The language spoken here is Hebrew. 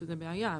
שזה בעיה.